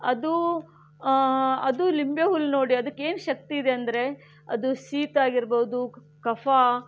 ಅದೂ ಅದು ಲಿಂಬೆಹುಲ್ಲು ನೋಡಿ ಅದಕ್ಕೇನು ಶಕ್ತಿ ಇದೆ ಅಂದರೆ ಅದು ಶೀತಾಗಿರ್ಬೋದು ಕಫ